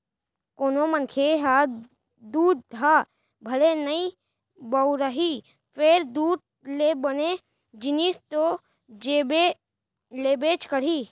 कोनों मनखे ह दूद ह भले नइ बउरही फेर दूद ले बने जिनिस तो लेबेच करही